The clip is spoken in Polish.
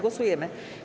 Głosujemy.